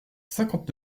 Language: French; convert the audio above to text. cinquante